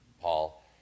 Paul